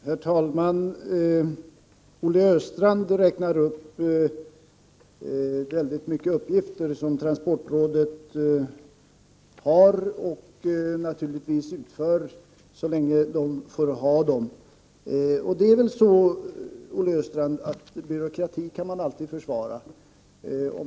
Herr talman! Olle Östrand räknar upp de många uppgifter som transportrådet har och naturligtvis utför så länge det får behålla dem. Det är väl så, Olle Östrand, att byråkrati kan man alltid försvara.